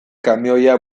kamioia